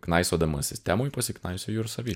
knaisiodamas sistemoj pasiknaisioju ir savy